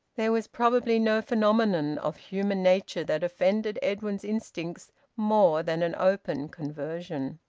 there was probably no phenomenon of human nature that offended edwin's instincts more than an open conversion.